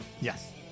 Yes